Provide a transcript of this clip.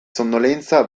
sonnolenza